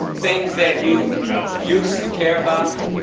things that you used to care about.